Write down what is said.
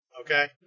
Okay